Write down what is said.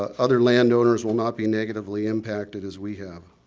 ah other land owners will not be negatively impacted as we have.